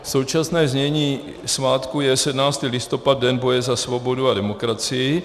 Současné znění svátku je 17. listopad Den boje za svobodu a demokracii.